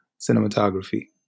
cinematography